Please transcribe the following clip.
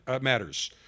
matters